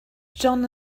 john